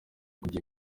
kujya